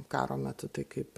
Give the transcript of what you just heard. karo metu tai kaip